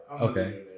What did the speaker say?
okay